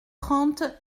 trente